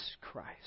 Christ